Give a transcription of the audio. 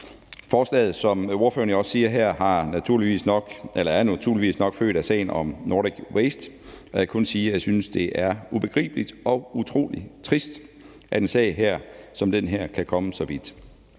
Forslaget er, som ordføreren jo også siger her, naturligvis nok født af sagen om Nordic Waste, og jeg kan kun sige, at jeg synes, at det er ubegribeligt og utrolig trist, at en sag som den her kan komme så vidt.